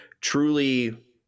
truly